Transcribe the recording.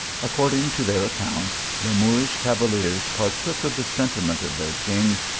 according to their accounts, the moorish cavaliers partook of the sentiment of their king,